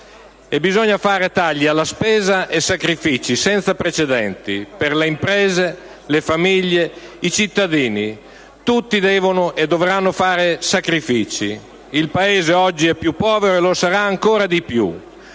Bisogna fare tagli alla spesa e sacrifici senza precedenti per le imprese, le famiglie, i cittadini: tutti devono e dovranno fare sacrifici. Il Paese oggi è più povero e lo sarà ancora di più.